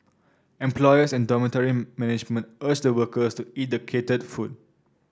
employers and dormitory management urge the workers to eat the catered food